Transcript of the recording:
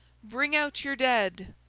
bring out your dead